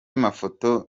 mafoto